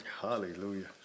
hallelujah